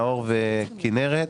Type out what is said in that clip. נאור וכנרת,